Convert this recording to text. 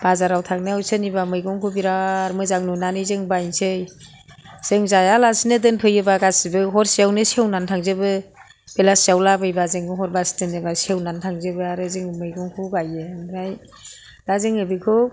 बाजाराव थांनायाव सोरनिबा मैगंखौ बिराद मोजां नुनानै जों बायनोसै जों जायालासे दोनफैयोबा गासिबो हरसेआवनो सेवनानै थांजोबो बेलासियाव लाबोयोबा जों हर बासिया दोनबा सेवनानै थांजोबो आरो जों मैगंखौ गायो ओमफ्राइ दा जों बेखौ